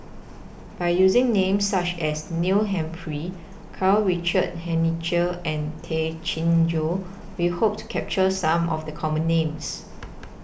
By using Names such as Neil Humphreys Karl Richard Hanitsch and Tay Chin Joo We Hope to capture Some of The Common Names